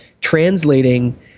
translating